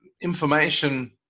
information